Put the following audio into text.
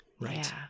Right